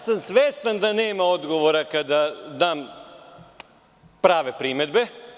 Svestan sam da nema odgovora kada dam prave primedbe.